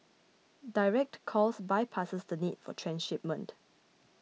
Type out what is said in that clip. direct calls bypasses the need for transshipment